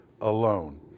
alone